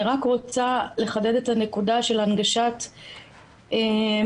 אני רוצה לחדד את הנקודה של הנגשת מידע.